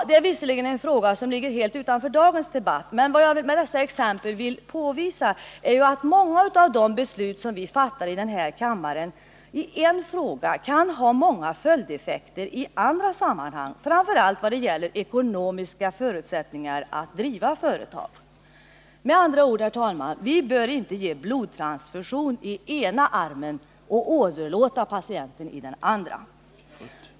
Det är visserligen en fråga som ligger utanför dagens debatt, men vad jag med dessa exempel vill påvisa är att många av de beslut som vi fattar i denna kammare i en fråga kan ha många följdeffekter i andra sammanhang. Framför allt gäller det ekonomiska förutsättningar att driva företag. Med andra ord, herr talman: vi bör inte ge patienten blodtransfusion i den ena armen och åderlåta honom i den andra!